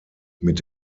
mit